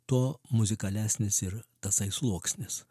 tuo muzikalesnis ir tasai sluoksnis